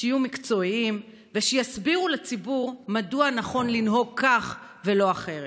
שיהיו מקצועיים ושיסבירו לציבור מדוע נכון לנהוג כך ולא אחרת.